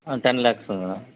ஆ ten லேக்ஸுங்க